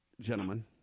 gentlemen